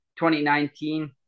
2019